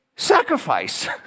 Sacrifice